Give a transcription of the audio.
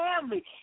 family